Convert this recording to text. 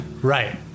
Right